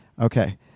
okay